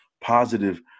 positive